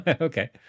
Okay